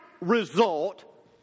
result